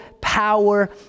power